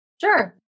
Sure